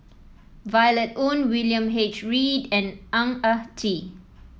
Violet Oon William H Read and Ang Ah Tee